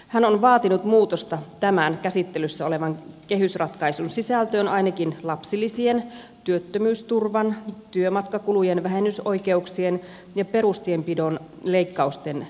hän on vaatinut muutosta tämän käsittelyssä olevan kehysratkaisun sisältöön ainakin lapsilisien työttömyysturvan työmatkakulujen vähennysoikeuksien ja perustienpidon leikkausten osalta